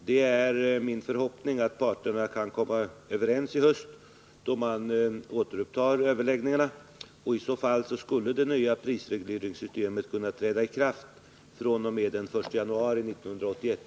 Det är min förhoppning att parterna i höst kan komma överens, då man återupptar överläggningarna, och i så fall skulle det nya prisregleringssystemet kunna träda i kraft fr.o.m. den 1 januari 1981.